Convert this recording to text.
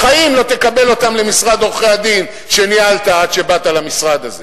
בחיים לא תקבל אותם למשרד עורכי-הדין שניהלת עד שבאת למשרד הזה,